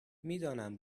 میدانم